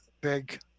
big